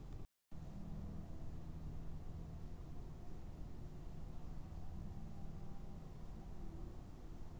ಎರೆಹುಳು ಗೊಬ್ಬರವನ್ನು ಹೇಗೆ ಮಾಡಲಾಗುತ್ತದೆ ಮತ್ತು ಭತ್ತ ನಾಟಿ ಮಾಡುವ ವಿಧಾನ ಹೇಗೆ?